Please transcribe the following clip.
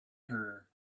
her